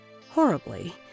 horribly